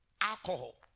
alcohol